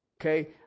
Okay